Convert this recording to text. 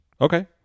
Okay